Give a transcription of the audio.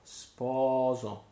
sposo